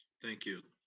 thank you.